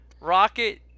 Rocket